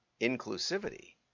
inclusivity